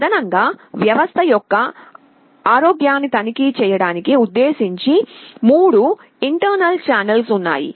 అదనం గా వ్యవస్థ యొక్క ఆరోగ్యాన్ని తనిఖీ చేయడానికి ఉద్దేశించిన 3 ఇంటర్నల్ ఛానెల్స్ ఉన్నాయి